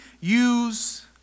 use